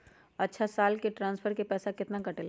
अछा साल मे ट्रांसफर के पैसा केतना कटेला?